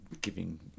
giving